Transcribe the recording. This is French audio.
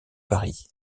paris